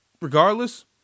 regardless